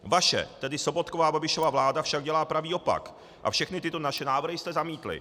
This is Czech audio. Vaše, tedy Sobotkova a Babišova vláda, však dělá pravý opak a všechny tyto naše návrhy jste zamítli.